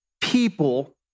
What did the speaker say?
people